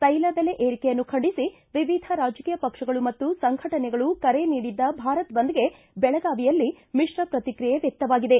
ತೈಲದೆಲೆ ಏರಿಕೆಯನ್ನು ಖಂಡಿಸಿ ವಿವಿಧ ರಾಜಕೀಯ ಪಕ್ಷಗಳು ಮತ್ತು ಸಂಘಟನೆಗಳು ಕರೆ ನೀಡಿದ್ದ ಭಾರತ್ ಬಂದ್ಗೆ ಬೆಳಗಾವಿಯಲ್ಲಿ ಮಿತ್ರ ಪ್ರತಿಕ್ರಿಯೆ ವ್ಯಕ್ತವಾಗಿದೆ